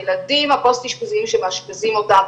הילדים הפוסט אשפוזיים שמאשפזים אותם,